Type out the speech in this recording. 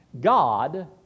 God